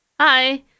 Hi